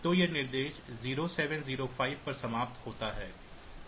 तो यह निर्देश 0705 पर समाप्त होता है